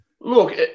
Look